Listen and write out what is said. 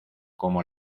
como